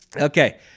Okay